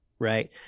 right